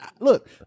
Look